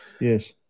Yes